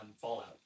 Fallout